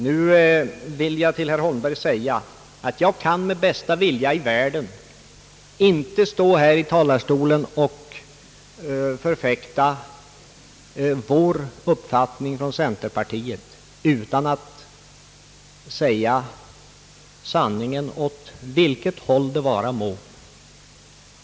Nu vill jag till herr Holmberg säga, att jag kan med bästa vilja i världen inte stå här i talarstolen och förfäkta vår uppfattning inom centerpartiet utan att säga sanningen åt vilket håll det vara må.